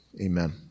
Amen